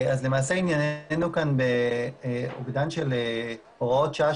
למעשה ענייננו כאן באוגדן של הוראות שעה